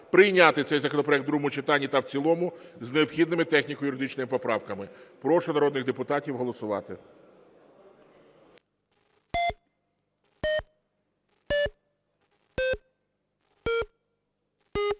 прийняти цей законопроект в другому читанні та в цілому з необхідними техніко-юридичними поправками. Прошу народних депутатів голосувати.